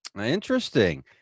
Interesting